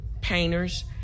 painters